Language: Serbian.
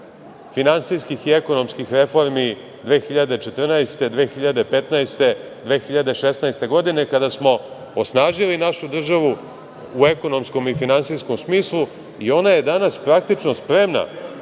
finansijskih i ekonomskih reformi 2014, 2015, 2016. godine, kada smo osnažili našu državu u ekonomskom i finansijskom smislu i ona je danas praktično spremna